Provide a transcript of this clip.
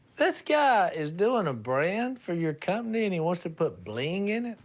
this guy is doing a brand for your company, and he wants to put bling in